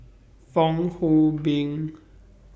Fong Hoe Beng